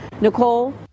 Nicole